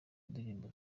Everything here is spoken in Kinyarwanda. ndirimbo